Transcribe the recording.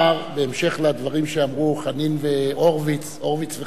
בהמשך לדברים שאמרו הורוביץ וחנין,